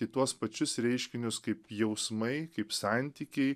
į tuos pačius reiškinius kaip jausmai kaip santykiai